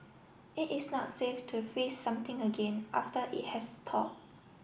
it is not safe to freeze something again after it has thawed